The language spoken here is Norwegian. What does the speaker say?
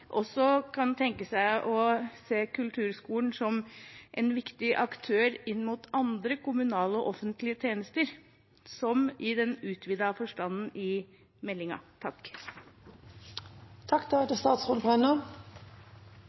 også kan tenke seg å se kulturskolen som en viktig aktør inn mot andre kommunale og offentlige tjenester, som i den utvidede forstanden i